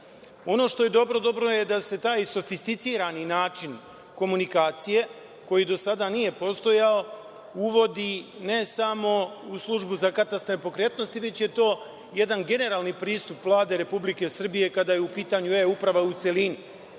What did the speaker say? što je dobro, dobro je da se taj sofisticirani način komunikacije, koji do sada nije postojao, uvodi ne samo u Službu za katastar nepokretnosti, već je to jedan generalni pristup Vlade Republike Srbije kada je u pitanju e-uprava, u celini,